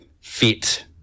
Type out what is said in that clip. Fit